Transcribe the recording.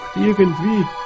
irgendwie